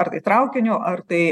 ar tai traukiniu ar tai